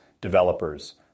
developers